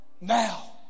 Now